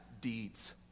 deeds